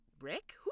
Rick